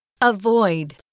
avoid